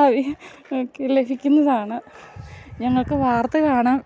ഒക്കെ ലഭിക്കുന്നതാണ് ഞങ്ങൾക്ക് വാർത്ത കാണാം